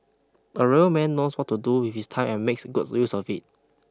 a real man knows what to do with his time and makes good use of it